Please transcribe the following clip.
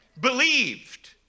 believed